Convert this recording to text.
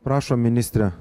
prašom ministre